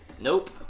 nope